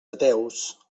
ateus